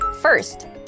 First